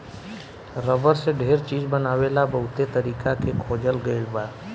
rubber से ढेर चीज बनावे ला बहुते तरीका के खोजल गईल बा